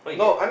what you get